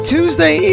Tuesday